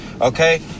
Okay